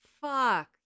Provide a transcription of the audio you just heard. fuck